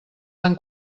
han